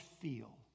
feel